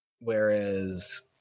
whereas